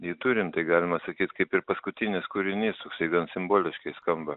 jį turim tai galima sakyt kaip ir paskutinis kūrinys toksai gan simboliškai skamba